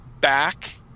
back